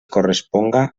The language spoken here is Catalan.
corresponga